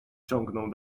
ciągnął